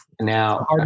Now